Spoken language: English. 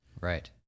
Right